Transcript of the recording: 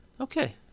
Okay